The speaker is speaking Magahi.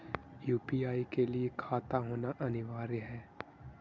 यु.पी.आई के लिए खाता होना अनिवार्य है?